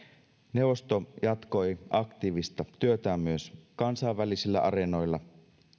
neuvosto jatkoi aktiivista työtään myös kansainvälisillä areenoilla